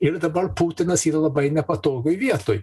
ir dabar putinas yra labai nepatogioj vietoj